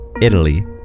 Italy